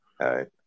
right